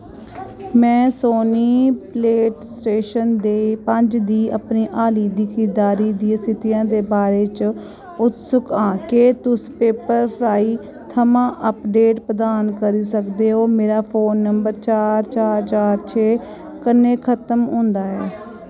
में Sony PlayStation दे पंज दी अपनी हाल्ली दी खरीददारी दी स्थितियां दे बारे च उत्सुक आं क्या तुस पेपरफ्राई थमां अपडेट प्रदान करी सकदे ओ मेरा फोन नंबर चार चार चार छे कन्नै खतम होंदा ऐ